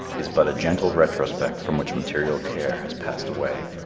is but a gentle retrospect from which material care has passed away.